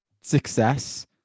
success